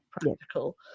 practical